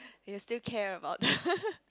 you will still care about